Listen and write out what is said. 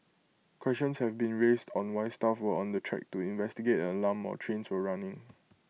questions have been raised on why staff were on the track to investigate an alarm or trains were running